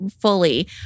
fully